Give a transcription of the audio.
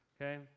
Okay